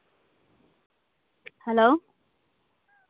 hello